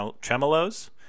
tremolos